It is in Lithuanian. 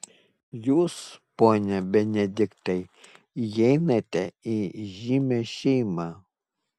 jūs pone benediktai įeinate į įžymią šeimą